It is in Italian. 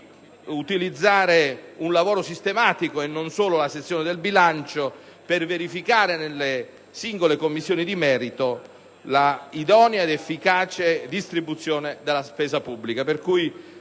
utilizzare un lavoro sistematico, non solo nella sessione del bilancio, per verificare nelle singole Commissioni di merito l'idonea ed efficace distribuzione della spesa pubblica.